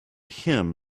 him